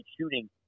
shooting